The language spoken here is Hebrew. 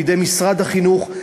בידי משרד החינוך,